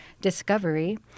discovery